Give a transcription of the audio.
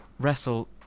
Wrestle